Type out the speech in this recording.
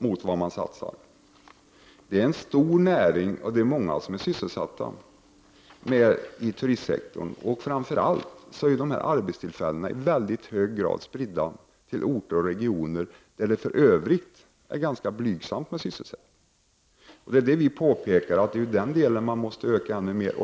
av det som satsas. Turismen är en stor näring, och det är många som är sysselsatta inom turistsektorn. Framför allt är dessa arbetstillfällen i hög grad spridda till orter och regioner där det för övrigt är ganska blygsamt med sysselsättningen. Vi hävdar att denna del måste utökas ännu mer.